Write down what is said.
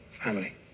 Family